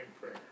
prayer